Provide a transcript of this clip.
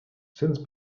since